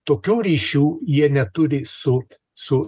tokių ryšių jie neturi su su